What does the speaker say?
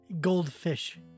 goldfish